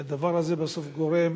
שהדבר הזה בסוף גורם